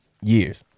years